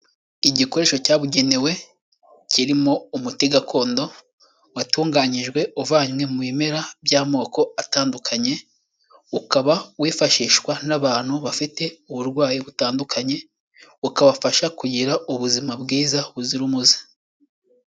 Igikoresho cyabugenewe kirimo umuti gakondo watunganyijwe uvanywe mu bimera by'amoko atandukanye, ukaba wifashishwa n'abantu bafite uburwayi butandukanye, ukabafasha kugira ubuzima bwiza buzira umuze.